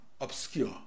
obscure